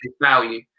value